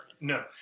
No